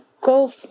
go